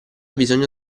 bisogno